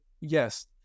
yes